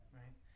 right